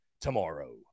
tomorrow